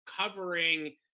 Covering